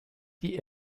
die